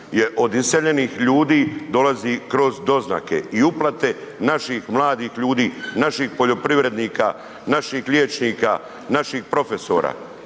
od iseljenih ljudi dolazi kroz doznake i uplate naših mladih ljudi, naših poljoprivrednika, naših liječnika, naših profesora.